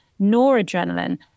noradrenaline